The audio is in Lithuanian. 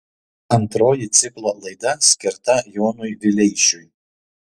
antroji ciklo laida skirta jonui vileišiui